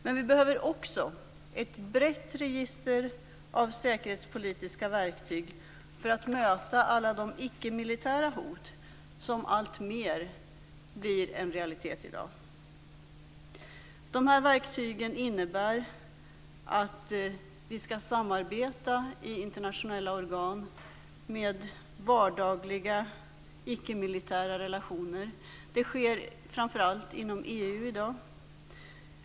Men vi behöver också ett brett register av säkerhetspolitiska verktyg för att möta alla de icke-militära hot som alltmer blir en realitet i dag. De här verktygen innebär att vi skall samarbeta i internationella organ med vardagliga icke-militära relationer. Det sker framför allt inom EU i dag.